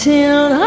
Till